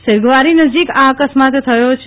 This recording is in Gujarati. સીર્ગવારી નજીક આ અકસ્માત થયો છે